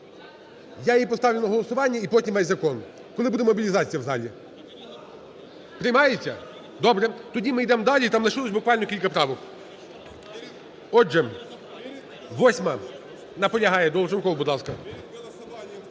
я її поставлю на голосування і потім весь закон, коли буде мобілізація в залі. Приймається? Добре. Тоді ми йдемо далі і там лишилося буквально кілька правок. Отже, 8-а. Наполягає. Долженков, будь